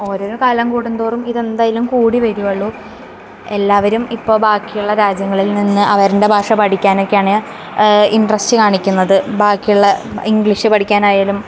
ഓരോരോ കാലം കൂടും തോറും ഇതെന്തായാലും കൂടി വരുവൊള്ളു എല്ലാവരും ഇപ്പോൾ ബാക്കിയുള്ള രാജ്യങ്ങളിൽ നിന്ന് അവരെൻ്റെ ഭാഷ പഠിക്കാനൊക്കെയാണ് ഇൻട്രസ്റ്റ് കാണിക്കുന്നത് ബാക്കിയുള്ള ഇംഗ്ലീഷ് പഠിക്കാനായാലും